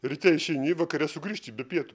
ryte išeini vakare sugrįžti be pietų